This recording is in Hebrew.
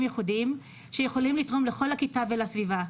ייחודיים שיכולים לתרום לכל הכיתה ולסביבה,